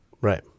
Right